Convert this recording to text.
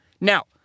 Now